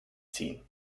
ziehen